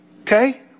Okay